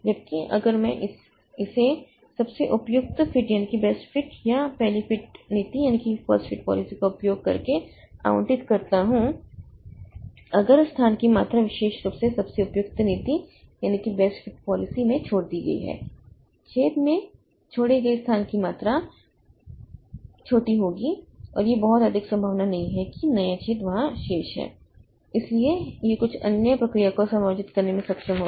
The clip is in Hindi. जबकि अगर मैं इसे सबसे उपयुक्त फिट या पहली फिट नीति का उपयोग करके आवंटित करता हूं अगर स्थान की मात्रा विशेष रूप से सबसे उपयुक्त नीति में छोड़ दी गई है छेद में छोड़े गए स्थान की मात्रा छोटी होगी और यह बहुत अधिक संभावना नहीं है कि नया छेद वहाँ शेष है इसलिए यह कुछ अन्य प्रक्रिया को समायोजित करने में सक्षम होगा